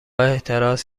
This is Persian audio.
اعتراض